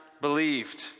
believed